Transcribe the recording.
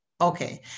Okay